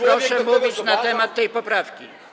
proszę mówić na temat tej poprawki.